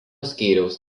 skyriaus